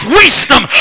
wisdom